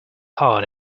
hard